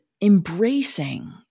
embracing